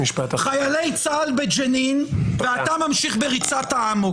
חיילי צה"ל בג'נין, ואתה ממשיך בריצת האמוק.